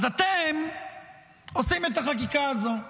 אז אתם עושים את החקיקה הזו,